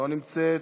לא נמצאת.